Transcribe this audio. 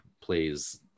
plays